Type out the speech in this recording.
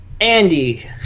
Andy